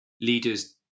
leaders